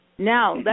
Now